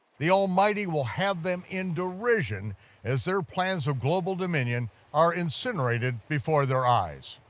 the almighty will have them in derision as their plans of global dominion are incinerated before their eyes.